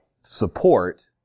support